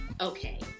Okay